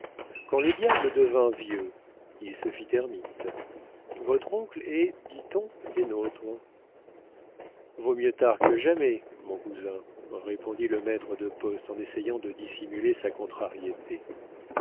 quand le diable devint vieux il se fit ermite votre oncle est dit-on des nôtres vaut mieux tard que jamais mon cousin répondit le maître de poste en essayant de dissimuler sa contrariété